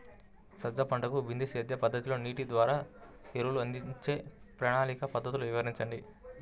సజ్జ పంటకు బిందు సేద్య పద్ధతిలో నీటి ద్వారా ఎరువులను అందించే ప్రణాళిక పద్ధతులు వివరించండి?